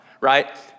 right